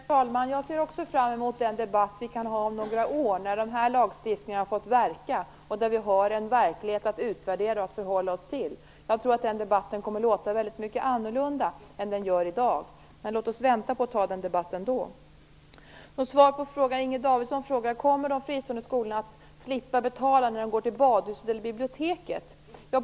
Herr talman! Jag ser också fram emot den debatt vi kan ha om några år när den här lagstiftningen har fått verka och vi har en verklighet att utvärdera och förhålla oss till. Jag tror att den debatten kommer att låta på ett helt annat sätt än dagens debatt. Men låt oss vänta och ta den debatten då. Inger Davidson frågade om de fristående skolorna kommer att slippa betala när de går till badhuset eller biblioteket.